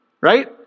right